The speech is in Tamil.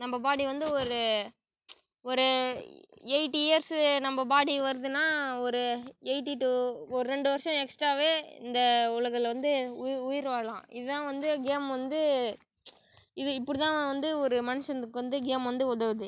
நம்ப பாடி வந்து ஒரு ஒரு எய்ட் இயர்ஸ் நம்ப பாடி வர்துனா ஒரு எய்ட்டி டு ஒரு ரெண்டு வருஷம் எஸ்ட்ராவே இந்த உலகில் வந்து உயி உயிர் வாழலாம் இது தான் வந்து கேம் வந்து இது இப்படி தான் வந்து ஒரு மனுஷனுக்கு வந்து கேம் வந்து உதவுது